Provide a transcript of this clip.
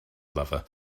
lover